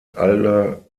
aller